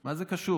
מה זה קשור?